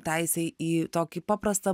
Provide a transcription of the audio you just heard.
teisę į tokį paprastą